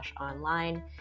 online